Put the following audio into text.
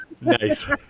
Nice